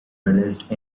released